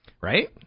Right